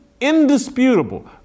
indisputable